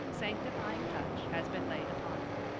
sanctifying touch has been laid upon it.